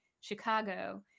Chicago